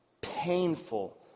painful